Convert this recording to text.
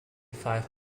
five